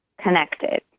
connected